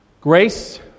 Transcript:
Grace